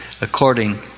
according